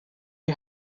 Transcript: you